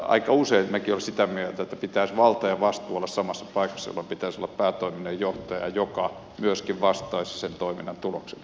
aika usein minäkin olen sitä mieltä että pitäisi vallan ja vastuun olla samassa paikassa jolloin pitäisi olla päätoiminen johtaja joka myöskin vastaisi sen toiminnan tuloksellisuudesta